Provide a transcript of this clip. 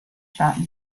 shot